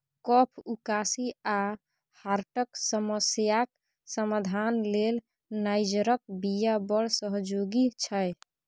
कफ, उकासी आ हार्टक समस्याक समाधान लेल नाइजरक बीया बड़ सहयोगी छै